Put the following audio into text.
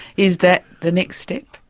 is that the next step?